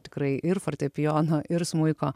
tikrai ir fortepijono ir smuiko